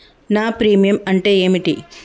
నా ప్రీమియం అంటే ఏమిటి?